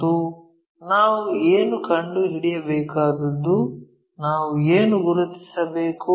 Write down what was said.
ಮತ್ತು ನಾವು ಏನು ಕಂಡುಹಿಡಿಯಬೇಕಾದದ್ದು ನಾವು ಏನು ಗುರುತಿಸಬೇಕು